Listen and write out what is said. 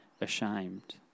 ashamed